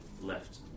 left